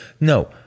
No